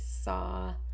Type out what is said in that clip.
saw